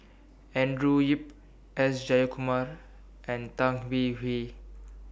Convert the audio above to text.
Andrew Yip S Jayakumar and Tan Hwee Hwee